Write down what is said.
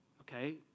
Okay